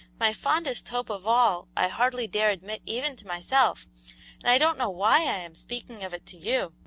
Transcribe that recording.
my fondest hope of all i hardly dare admit even to myself, and i don't know why i am speaking of it to you,